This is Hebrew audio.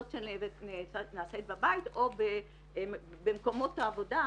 זאת שנעשית בבית או במקומות העבודה,